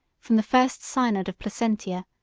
from the first synod of placentia,